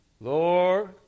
Lord